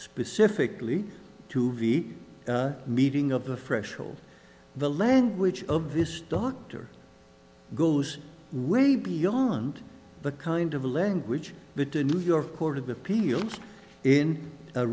specifically to the meeting of the threshold the language of this doctor goes way beyond the kind of language with the new york court of appeal in